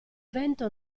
vento